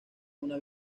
una